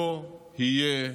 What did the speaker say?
לא יהיה שירות.